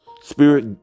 Spirit